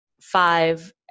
five